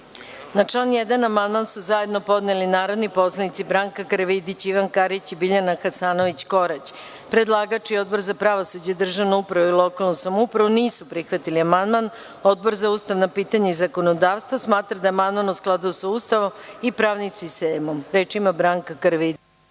član 1. amandman su zajedno podneli narodni poslanici Branka Karavidić, Ivan Karić i Biljana Hasanović Korać. Predlagač i Odbor za pravosuđe, državnu upravu i lokalnu samoupravu nisu prihvatili amandman. Odbor za ustavna pitanja i zakonodavstvo smatra da je amandman u skladu sa Ustavom i pravnim sistemom. Reč ima narodni